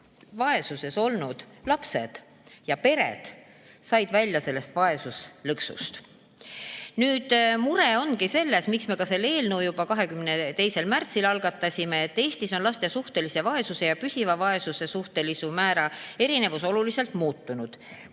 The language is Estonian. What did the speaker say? vaesuses olnud lapsed ja pered said välja sellest vaesuslõksust. Nüüd, mure ongi selles, ja põhjus, miks me selle eelnõu juba 22. märtsil algatasime, et Eestis on laste suhtelise vaesuse ja püsiva vaesuse suhtelisusmäära erinevus oluliselt muutunud.